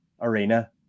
arena